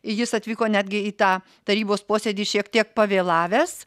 jis atvyko netgi į tą tarybos posėdį šiek tiek pavėlavęs